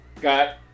got